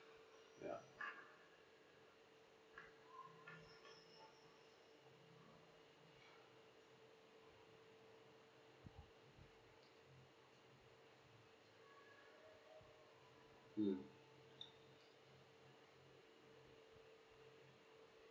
ya mm